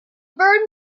bird